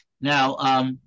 now